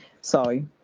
Sorry